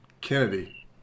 Kennedy